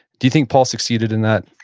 do you think paul succeeded in that?